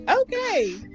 okay